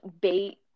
bait